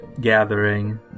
gathering